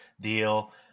deal